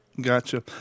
Gotcha